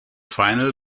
final